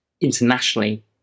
internationally